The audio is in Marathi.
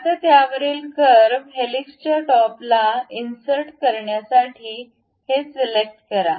आता त्यावरील कर्व हेलिक्सच्या टॉपला इन सर्ट करण्यासाठी हे सिलेक्ट करा